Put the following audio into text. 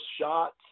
shots